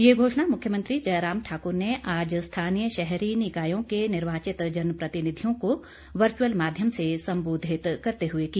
ये घोषणा मुख्यमंत्री जयराम ठाकुर ने आज स्थानीय शहरी निकायों के निर्वाचित जन प्रतिनिधियों को वर्चुअल माध्यम से संबोधित करते हुए की